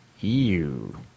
Ew